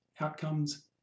Outcomes